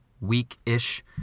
week-ish